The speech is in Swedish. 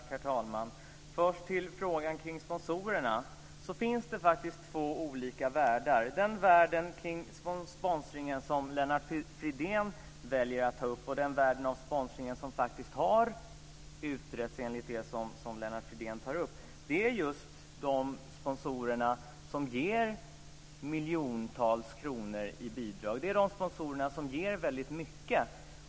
Herr talman! Först vill jag kommentera frågan om sponsorerna. Det finns faktiskt två olika världar, nämligen den värld kring sponsringen som Lennart Fridén väljer att ta upp och den värld av sponsring som faktiskt har utretts enligt det som Lennart Fridén tar upp. Det gäller då de sponsorer som ger miljontals kronor i bidrag, de som ger väldigt mycket.